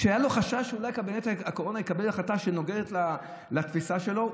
כשהיה לו חשש שקבינט הקורונה אולי יקבל החלטה שנוגדת את התפיסה שלו,